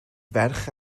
ferch